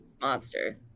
monster